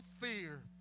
fear